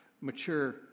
mature